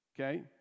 Okay